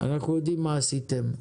אנחנו יודעים מה עשיתם.